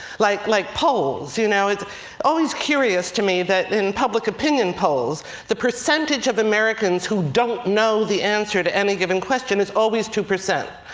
like like polls. you know, it's always curious to me that in public opinion polls the percentage of americans who don't know the answer to any given question is always two percent.